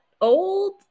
old